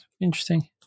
interesting